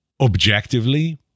objectively